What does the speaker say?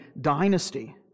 dynasty